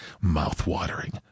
Mouth-watering